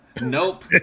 Nope